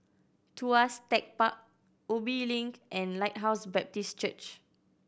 Tuas Tech Park Ubi Link and Lighthouse Baptist Church